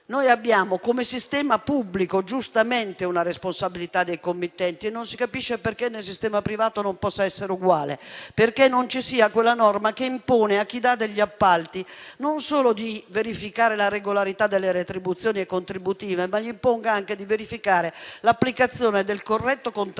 Noi abbiamo, come sistema pubblico, giustamente, una responsabilità dei committenti e non si capisce perché nel sistema privato non possa essere lo stesso. Perché non ci sia quella norma che impone, a chi concede degli appalti, non solo di verificare la regolarità delle retribuzioni e delle regolarità contributive, ma imponga anche di verificare l'applicazione del corretto contratto